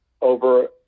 over